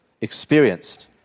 experienced